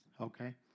okay